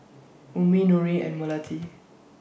Ummi Nurin and Melati